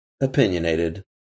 opinionated